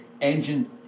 engine